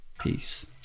Peace